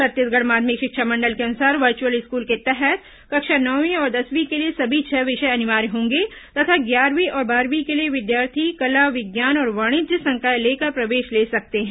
छत्तीसगढ़ माध्यमिक शिक्षा मंडल के अनुसार वर्चुअल स्कूल के तहत कक्षा नवमीं और दसवीं के लिए सभी छह विषय अनिवार्य होंगे तथा ग्यारहवीं और बारहवीं के लिए विद्यार्थी कला विज्ञान और वाणिज्य संकाय लेकर प्रवेश ले सकते हैं